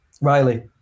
Riley